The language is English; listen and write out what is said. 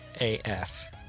AF